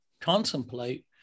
contemplate